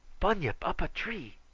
bunyip up a tree.